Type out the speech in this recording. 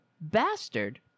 bastard